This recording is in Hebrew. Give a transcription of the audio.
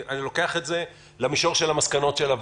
אני לוקח את זה למישור של מסקנות הוועדה.